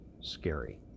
scary